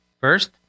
First